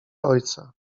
ojca